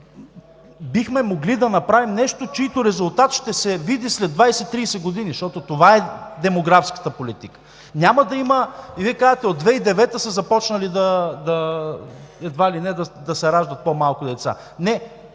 бихме могли да направим нещо, чиито резултат ще се види след 20 – 30 години, защото това е демографската политика. Вие казвате, от 2009 г. са започнали едва ли не да се раждат по-малко деца. Не,